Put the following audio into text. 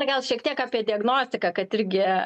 gal šiek tiek apie diagnostiką kad irgi